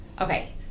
Okay